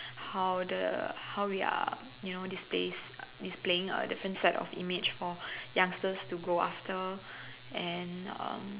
how the how we are you know displays displaying a different sets of image for youngsters to go after and um